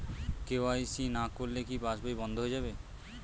KYC না করলে কি পাশবই বন্ধ হয়ে যাবে?